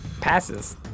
Passes